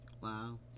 Wow